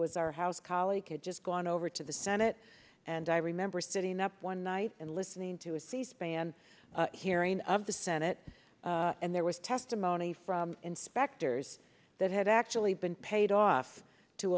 was our house colleague had just gone over to the senate and i remember sitting up one night and listening to a c span hearing of the senate and there was testimony from inspectors that had actually been paid off to